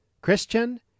Christian